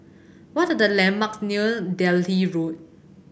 what are the landmarks near Delhi Road